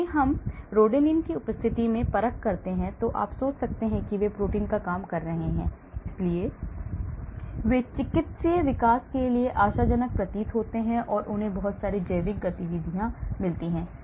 जबकि जब हम रोडानिन की उपस्थिति में परख करते हैं तो आप सोच सकते हैं कि वे प्रोटीन पर काम कर रहे हैं इसलिए वे चिकित्सीय विकास के लिए आशाजनक प्रतीत होते हैं और उन्हें बहुत सारी जैविक गतिविधि लगती है